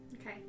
Okay